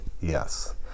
yes